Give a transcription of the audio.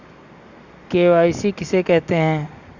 KYC किसे कहते हैं?